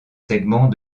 segments